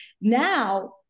now